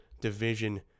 division